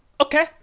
Okay